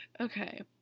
Okay